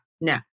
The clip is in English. no